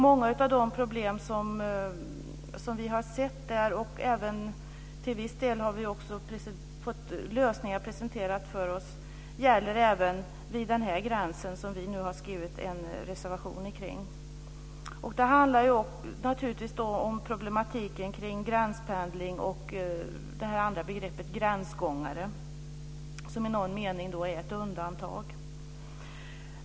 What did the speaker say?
Många av de problem som vi har sett där - och till viss del har vi också fått lösningar presenterade för oss - gäller även vid denna gräns, som vi nu alltså har skrivit en reservation omkring. Det handlar naturligtvis om problematiken omkring gränspendling och om det här andra begreppet, "gränsgångare", som i någon mening är ett undantag.